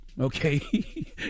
Okay